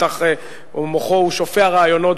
מוחו שופע רעיונות,